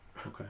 Okay